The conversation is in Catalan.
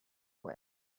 web